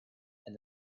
and